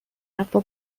حرفها